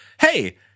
Hey